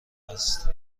است